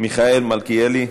מיכאל מלכיאלי,